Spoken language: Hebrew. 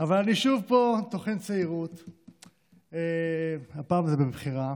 אבל אני שוב פה טוחן צעירוּת, הפעם זה מבחירה.